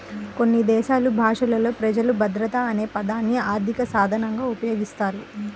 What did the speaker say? కొన్ని దేశాలు భాషలలో ప్రజలు భద్రత అనే పదాన్ని ఆర్థిక సాధనంగా ఉపయోగిస్తారు